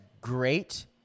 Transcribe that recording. great